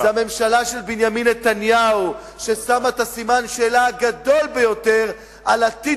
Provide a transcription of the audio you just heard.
זה הממשלה של בנימין נתניהו ששמה את סימן השאלה הגדול ביותר על עתיד